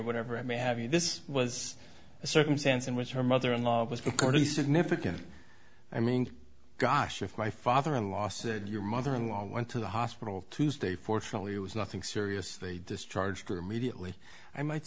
whatever i may have you this was a circumstance in which her mother in law was going to be significant i mean gosh if my father in law said your mother in law went to the hospital tuesday fortunately it was nothing serious they discharged